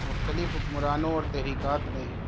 مختلف حکمرانوں اور تحریکات نے